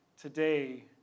today